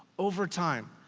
over time,